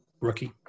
Rookie